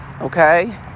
okay